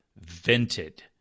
vented